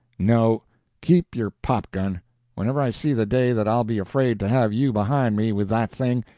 no keep your pop-gun whenever i see the day that i'll be afraid to have you behind me with that thing,